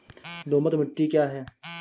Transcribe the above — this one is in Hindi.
दोमट मिट्टी क्या है?